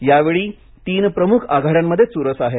यावेळी तीन प्रमुख आघाड्यामध्ये चुरस आहे